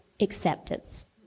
acceptance